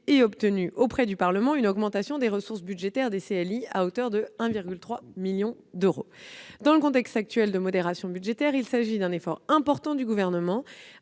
Parlement pour obtenir une augmentation des ressources budgétaires des CLI à hauteur de 1,3 million d'euros. Dans le contexte actuel de modération budgétaire, il s'agit d'un effort important, auquel